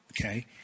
Okay